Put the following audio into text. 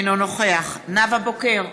אינו נוכח נאוה בוקר,